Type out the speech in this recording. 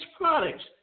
products